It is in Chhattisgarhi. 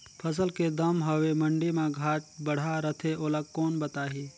फसल के दम हवे मंडी मा घाट बढ़ा रथे ओला कोन बताही?